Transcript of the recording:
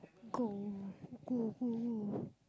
go go go go